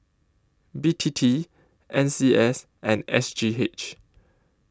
B T T N C S and S G H